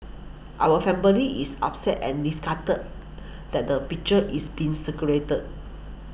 our family is upset and disgusted that the picture is being circulated